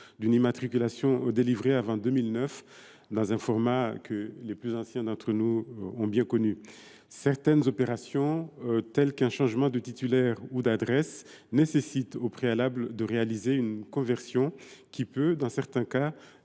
d’une immatriculation délivrée avant 2009, dans un format que les plus anciens d’entre nous ont bien connu. Certaines opérations, telles qu’un changement de titulaire ou d’adresse, nécessitent au préalable de réaliser une conversion qui peut dans certains cas